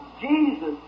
Jesus